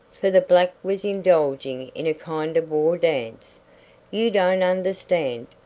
for the black was indulging in a kind of war-dance you don't understand.